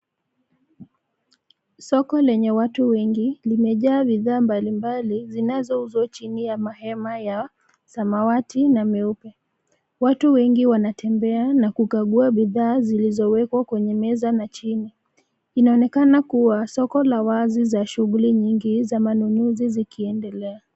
Soko lenye watu wengi, limejaa bidhaa mbali mbali zinazo uzwa chini ya mahema ya samawati na meupe. Watu wengi wanatembea na kukagua bidhaa zilizowekwa kwenye meza na chini. Inaonekena kuwa soko la wazi la shughuli nyingi za manunuzi zikiendelea.